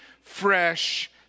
fresh